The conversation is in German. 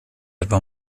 etwa